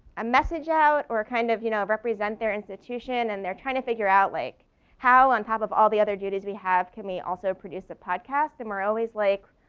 a message out or kind of you know represent their institution. and they're trying to figure out like how on top of all the other duties we have, can we also produce a podcast and we're always like,